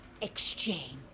exchange